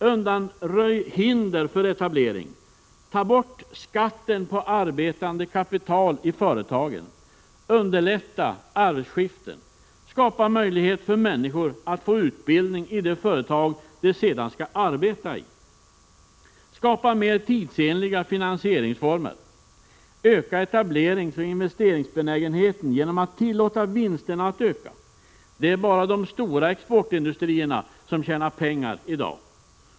Undanröj hinder för etablering. Ta bort skatten på arbetande kapital i företagen. Underlätta arvsskiften. Skapa möjlighet för människor att få utbildning i det företag de sedan skall arbeta i. Skapa mer tidsenliga finansieringsformer. Öka etableringsoch investeringsbenägenheten genom att tillåta vinsterna att öka — i dag är det bara de stora exportindustrierna som tjänar pengar.